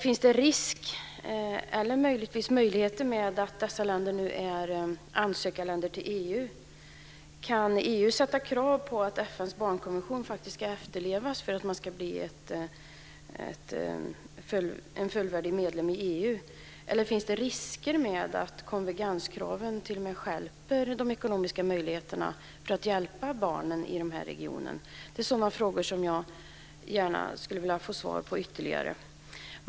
Finns det risk eller kanske möjligheter med att dessa länder nu är ansökarländer till EU? Kan EU ställa krav på att FN:s barnkonvention ska efterlevas för att ett land ska bli fullvärdig medlem i EU? Finns det risk att konvergenskraven t.o.m. försämrar de ekonomiska möjligheterna att hjälpa barnen i regionen? Det är sådana frågor som jag gärna skulle vilja få ytterligare svar på.